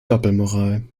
doppelmoral